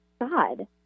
God